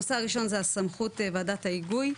הנושא הראשון זה סמכות ועדת ההיגוי,